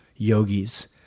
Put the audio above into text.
yogis